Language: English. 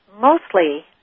mostly